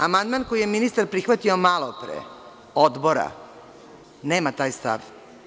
Amandman koji je ministar prihvatio malo pre, Odbora, nema taj stav.